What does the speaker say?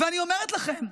אני אומרת לכם,